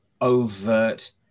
overt